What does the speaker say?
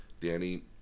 Danny